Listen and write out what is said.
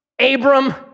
Abram